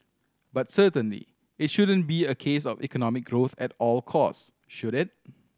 but certainly it shouldn't be a case of economic growth at all costs should it